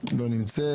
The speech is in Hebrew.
לא נמצאת.